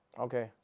Okay